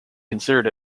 considered